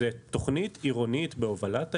זו תוכנית עירונית בהובלת העירייה,